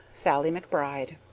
sallie mcbride.